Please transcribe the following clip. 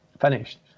finished